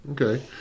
Okay